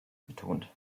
betont